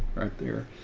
right there.